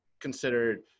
considered –